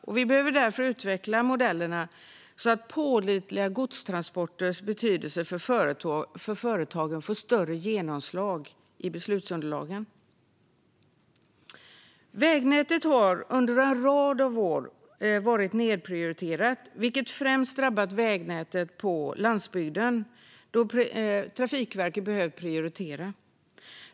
Vi behöver därför utveckla modellerna så att pålitliga godstransporters betydelse för företagen får större genomslag i beslutsunderlagen. Vägnätet har under en rad år varit nedprioriterat. Det har främst drabbat vägnätet på landsbygden, då Trafikverket behövt prioritera.